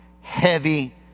Heavy